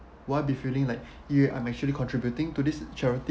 will I be feeling like yeah I'm actually contributing to this charity